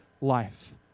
life